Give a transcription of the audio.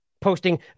posting